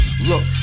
Look